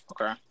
Okay